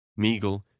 Meagle